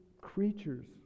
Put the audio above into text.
creatures